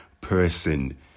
person